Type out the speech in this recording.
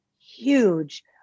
huge